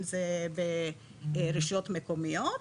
אם זה ברשויות מקומיות,